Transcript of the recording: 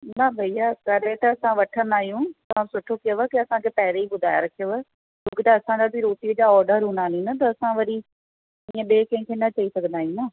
न भैया करे त असां वठंदा आहियूं तव्हां सुठो कयव की असांखे पहिरीं ई ॿुधाए रखियव छोकी असांखे रोटीअ जा ऑडर हूंदा आहिनि न त असां वरी इहो ॿिए कंहिंखे न चई सघंदा आहियूं न